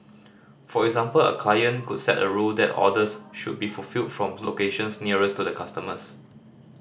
for example a client could set a rule that orders should be fulfilled from locations nearest to customers